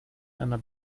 einer